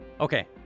Okay